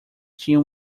tinham